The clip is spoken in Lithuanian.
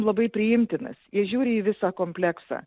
labai priimtinas jie žiūri į visą kompleksą